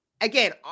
Again